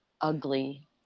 ugly